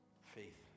Faith